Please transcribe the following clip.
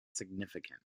significant